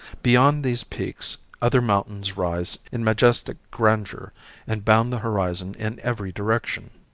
beyond these peaks other mountains rise in majestic grandeur and bound the horizon in every direction.